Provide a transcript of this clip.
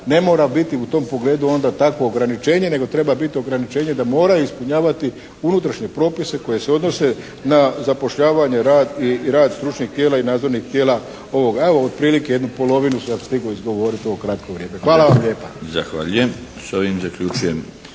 ne mora biti u tom pogledu onda takvo ograničenje, nego treba bit ograničenje da mora ispunjavati unutrašnje propise koji se odnose na zapošljavanje i rad stručnih tijela i nadzornih tijela ovog. Evo, otprilike jednu polovinu sam stigao izgovoriti u ovo kratko vrijeme. Hvala vam lijepa. **Milinović, Darko